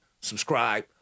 subscribe